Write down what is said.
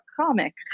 comic